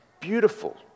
Beautiful